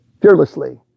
fearlessly